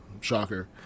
shocker